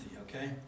okay